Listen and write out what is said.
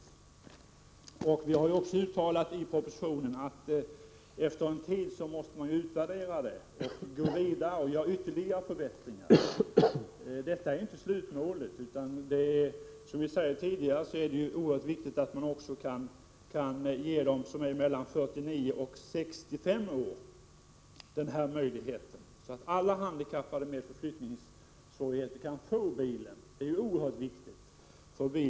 I propositionen uttalas att man efter en tid måste göra en utvärdering och sedan gå vidare med ytterligare förbättringar. Vi har inte nått slutmålet. Som jag tidigare sagt är det viktigt att man också kan ge dem som är mellan 49 och 65 år denna möjlighet, så att alla handikappade med förflyttningssvårigheter kan få tillgång till bil.